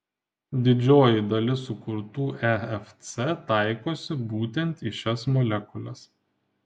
didžioji dalis sukurtų efc taikosi būtent į šias molekules